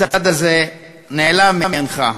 הצד הזה נעלם מעיניך.